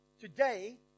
Today